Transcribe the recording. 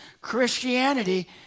Christianity